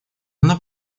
она